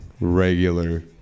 regular